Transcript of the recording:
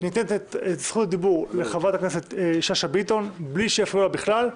ניתן את זכות הדיבור לחברת הכנסת שאשא ביטון בלי שיפריעו לה בכלל,